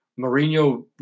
Mourinho